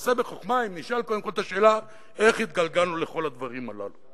נעשה בחוכמה אם נשאל קודם כול את השאלה איך התגלגלנו לכל הדברים הללו.